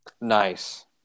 Nice